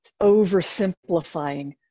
oversimplifying